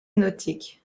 nautique